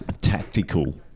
tactical –